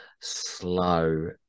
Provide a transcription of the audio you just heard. slow